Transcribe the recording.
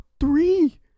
three